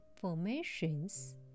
formations